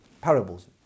parables